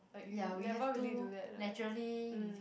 ya we have to naturally